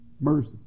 mercy